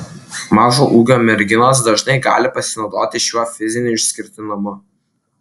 mažo ūgio merginos dažnai gali pasinaudoti šiuo fiziniu išskirtinumu